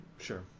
sure